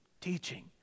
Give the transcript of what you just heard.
teaching